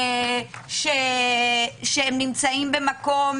שנמצאים במקום